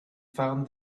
found